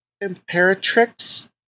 imperatrix